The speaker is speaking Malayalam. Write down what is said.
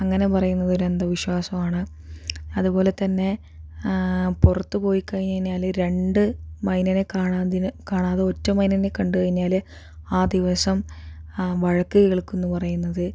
അങ്ങനെ പറയുന്നത് ഒരു അന്ധവിശ്വാസമാണ് അതുപോലെ തന്നെ പുറത്ത് പോയി കഴിഞ്ഞു കഴിഞ്ഞാല് രണ്ട് മൈനേനെ കാണാതെ കാണാതെ ഒറ്റ മൈനേനെ കണ്ടു കഴിഞ്ഞാല് ആ ദിവസം വഴക്ക് കേൾക്കും എന്ന് പറയുന്നത്